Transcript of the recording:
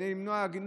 כדי למנוע עגינות,